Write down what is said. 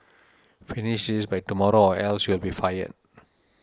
finish this by tomorrow or else you'll be fired